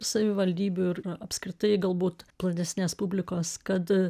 savivaldybių ir apskritai galbūt platesnės publikos kad